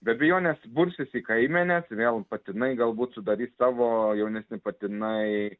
be abejonės bursis į kaimenes vėl patinai galbūt sudarys savo jaunesni patinai